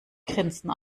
grinsen